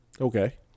okay